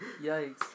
Yikes